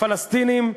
הפלסטינים,